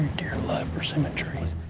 deer love persimmon trees.